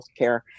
healthcare